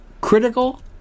critical